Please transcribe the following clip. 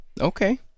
okay